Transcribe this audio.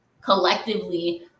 collectively